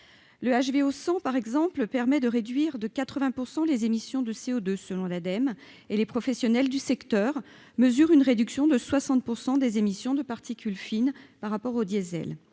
le HVO sont, par exemple, permet de réduire de 80 % les émissions de CO2 selon l'Ademe et les professionnels du secteur, mesures une réduction de 60 % des émissions de particules fines par rapport au diésel,